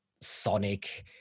sonic